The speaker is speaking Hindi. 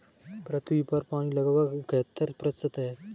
पृथ्वी पर पानी लगभग इकहत्तर प्रतिशत है